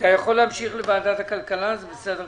תודה רבה.